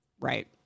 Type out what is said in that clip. Right